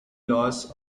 loss